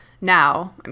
now